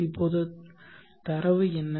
இப்போது தரவு என்ன